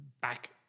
back